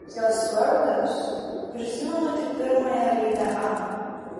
jos vardas prisimenu tik pirmąją raidę a